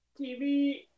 TV